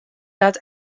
dat